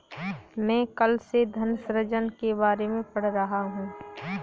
मैं कल से धन सृजन के बारे में पढ़ रहा हूँ